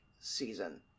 season